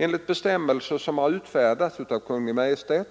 Enligt bestämmelser som har utfärdats av Kungl. Maj:t